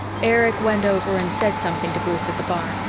erich went over and said something to bruce at the bar,